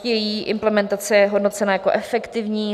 Její implementace je hodnocena jako efektivní.